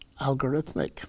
algorithmic